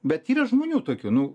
bet yra žmonių tokių nu